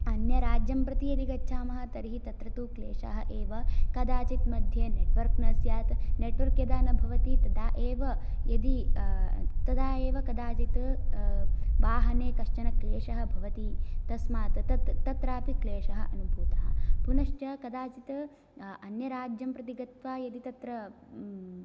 अन्यराज्यं प्रति यदि गच्छामः तर्हि तत्र तु क्लेषः एव कदाचित् मध्ये नेट्वर्क् न स्यात् नेट्वर्क् यदा न भवति तदा एव यदि तदा एव कदाचित् वाहने कश्चन क्लेषाः भवति तस्मात् तत् तत्रापि क्लेषः अनुभूतः पुनश्च कदाचित् अन्यराज्यं प्रति गत्वा यदि तत्र